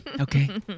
Okay